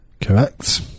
Correct